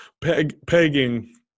pegging